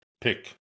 Pick